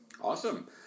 Awesome